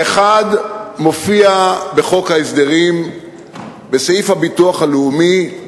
האחד מופיע בחוק ההסדרים בסעיף הביטוח הלאומי,